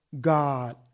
God